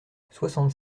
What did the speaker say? soixante